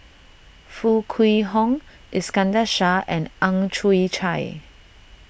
Foo Kwee Horng Iskandar Shah and Ang Chwee Chai